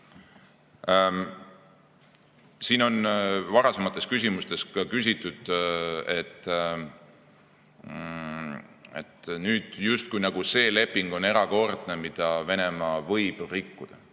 Siin on varasemates küsimustes [kõlanud], et justkui see leping on erakordne, mida Venemaa võib rikkuda.